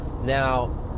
Now